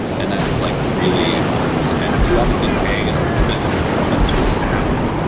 and that's like really important. and you obviously pay a little bit in performance for this to happen,